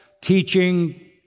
teaching